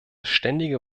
ständige